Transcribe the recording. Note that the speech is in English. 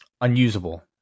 Unusable